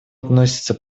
относится